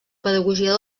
pedagogia